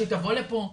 אולי שהיא תבוא לפה,